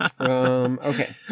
okay